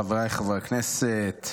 חבריי חברי הכנסת,